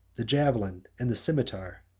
the javelin, and the cimeter.